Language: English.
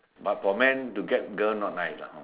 but for men to get girl not nice lah horh